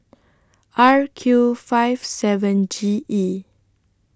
R Q five seven G E